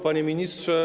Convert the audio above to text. Panie Ministrze!